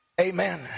Amen